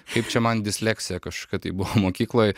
kaip čia man disleksija kažkokia tai buvo mokykloj